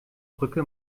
brücke